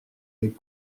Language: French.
les